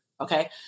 Okay